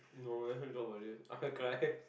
no let's not talk about this I will cry